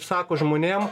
sako žmonėm